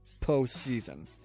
postseason